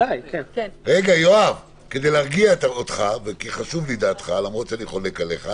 יואב, כדי להרגיע אותך - יש לנו